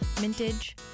Mintage